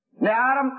Now